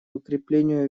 укреплению